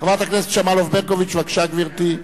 חברת הכנסת שמאלוב-ברקוביץ, בבקשה, גברתי.